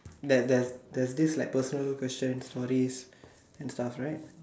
that there's there's this like personal question stories and stuff right